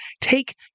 take